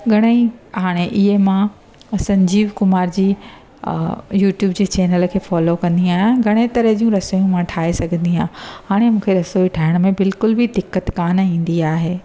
घणा ई हाणे इएं मां संजीव कुमार जी अ यूट्यूब जे चैनल खे फॉलो कंदी आहियां घणे तरहि जूं रसोई मां ठाहे सघंदी आहे हाणे मूंखे रसोई ठाहिण में बिल्कुलु बि दिक़त कान ईंदी आहे